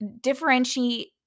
differentiate